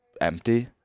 empty